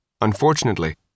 Unfortunately